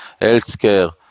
healthcare